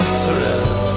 forever